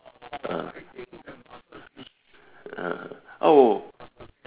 ah oh